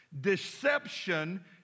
Deception